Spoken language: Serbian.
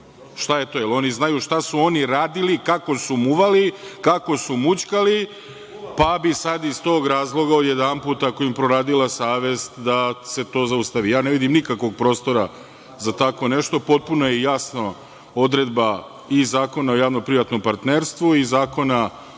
Šta je to? Jel oni znaju šta su oni radili, kako su muvali, kako su mućkali, pa bi sad iz tog razloga, odjedanput im proradila savest da se to zaustavi? Ne vidim nikakvog prostora za tako nešto. Potpuno je jasna odredba i Zakona o javno privatnom partnerstvu i Zakona